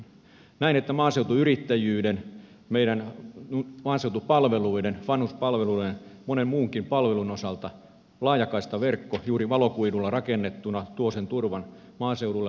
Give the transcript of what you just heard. näen että maaseutuyrittäjyyden meidän maaseutupalveluiden vanhuspalveluiden monen muunkin palvelun osalta laajakaistaverkko juuri valokuidulla rakennettuna tuo sen turvan maaseudulle asumisessa ja yrittämisessä